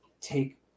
Take